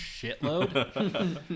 shitload